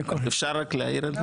אפשר רק להעיר?